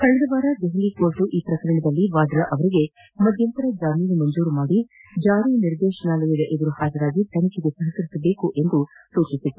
ಕಳೆದ ವಾರ ದೆಹಲಿ ನ್ಯಾಯಾಲಯ ಈ ಪ್ರಕರಣದಲ್ಲಿ ವಾದ್ರಾ ಅವರಿಗೆ ಮಧ್ಯಂತರ ಜಾಮೀನು ಮಂಜೂರು ಮಾಡಿ ಜಾರಿ ನಿರ್ದೇಶನಾಲಯದ ಮುಂದೆ ಹಾಜರಾಗಿ ತನಿಖೆಗೆ ಸಹಕರಿಸುವಂತೆ ನಿರ್ದೇಶಿಸಿತ್ತು